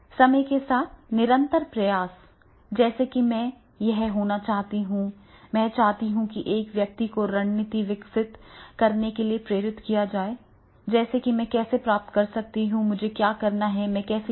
समय के साथ निरंतर प्रयास जैसे कि मैं यह होना चाहता हूं मैं चाहता हूं कि एक व्यक्ति को रणनीति विकसित करने के लिए प्रेरित किया जाए जैसे मैं कैसे प्राप्त कर सकता हूं मुझे क्या करना चाहिए मैं कैसे योगदान कर सकता हूं मैं इस कठिन मील का पत्थर कैसे प्राप्त कर सकता हूं और यह चुनौती कैसे है पूरा करना